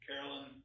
Carolyn